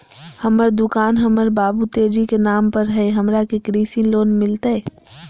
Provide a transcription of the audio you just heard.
हमर दुकान हमर बाबु तेजी के नाम पर हई, हमरा के कृषि लोन मिलतई?